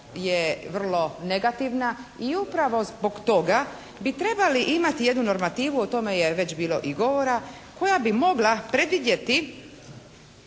je vrlo negativna i upravo zbog toga bi trebali imati jednu normativu, o tome je već bilo i govora koja bi mogla predvidjeti